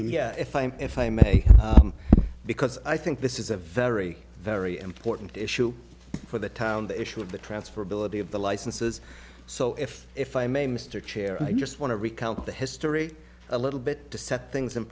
comic if i'm if i may because i think this is a very very important issue for the town the issue of the transferability of the licenses so if if i may mr chairman i just want to recount the history a little bit to set things in